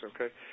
okay